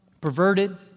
perverted